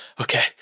okay